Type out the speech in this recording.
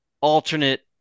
alternate